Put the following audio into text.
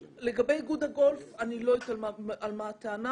לגבי איגוד הגולף, אני לא יודעת על מה הטענה.